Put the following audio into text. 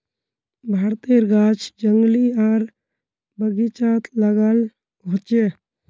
भारतेर गाछ जंगली आर बगिचात लगाल होचे